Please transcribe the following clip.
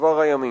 משכבר הימים.